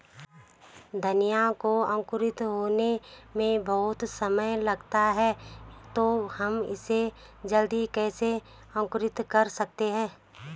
धनिया को अंकुरित होने में बहुत समय लगता है तो हम इसे जल्दी कैसे अंकुरित कर सकते हैं?